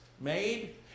made